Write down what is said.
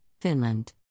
Finland